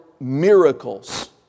miracles